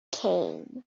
came